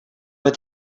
but